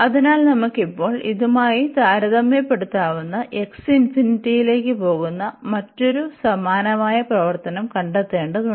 അതിനാൽ നമുക്ക് ഇപ്പോൾ ഇതുമായി താരതമ്യപ്പെടുത്താവുന്ന x ഇൻഫിനിറ്റിയിലേക്കു പോകുന്ന മറ്റൊരു സമാനമായ പ്രവർത്തനം കണ്ടെത്തേണ്ടതുണ്ട്